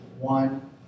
one